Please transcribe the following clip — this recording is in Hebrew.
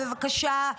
בבקשה,